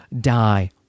die